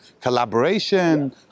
Collaboration